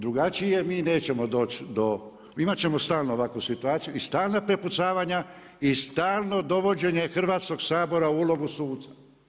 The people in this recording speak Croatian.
Drugačije mi nećemo doći, imati ćemo stalno ovakvu situaciju, i stalna prepucavanja i stalno dovođenje Hrvatskog sabora u ulogu suca.